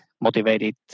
motivated